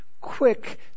quick